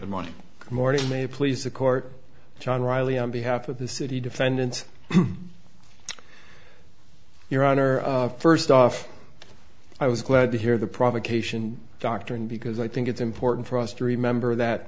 court john reilly on behalf of the city defendant your honor first off i was glad to hear the provocation doctrine because i think it's important for us to remember that